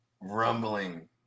rumbling